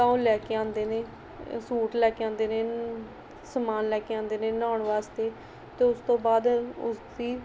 ਤਾਂ ਉਹ ਲੈ ਕੇ ਆਉਂਦੇ ਨੇ ਸੂਟ ਲੈ ਕੇ ਆਉਂਦੇ ਨੇ ਸਮਾਨ ਲੈ ਕੇ ਆਉਂਦੇ ਨੇ ਨਹਾਉਣ ਵਾਸਤੇ ਅਤੇ ਉਸ ਤੋਂ ਬਾਅਦ ਉਸਦੀ